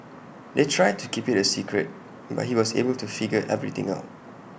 they tried to keep IT A secret but he was able to figure everything out